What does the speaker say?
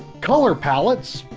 color palettes,